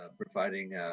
providing